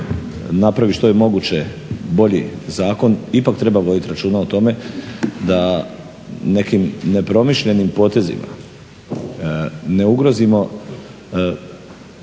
napravi što je moguće bolji zakon ipak treba voditi računa o tome da nekim nepromišljenim potezima ne ugrozimo